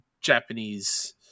Japanese